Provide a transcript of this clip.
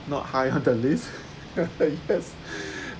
not high on the list yes